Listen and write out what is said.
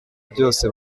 byose